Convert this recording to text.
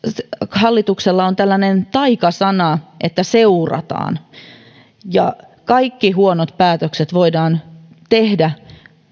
hallituksella on tällainen taikasana että seurataan kaikki huonot päätökset voidaan tehdä